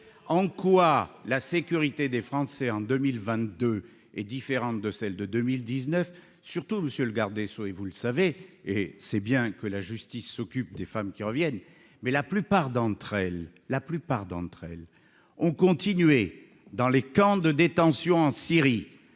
en quoi la sécurité des Français en 2022 est différente de celle de 2019 surtout, monsieur le garde des Sceaux et vous le savez, et c'est bien que la justice s'occupe des femmes qui reviennent, mais la plupart d'entre elles, la plupart d'entre elles ont continué dans les camps de détention en Syrie,